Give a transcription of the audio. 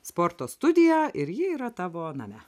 sporto studiją ir ji yra tavo name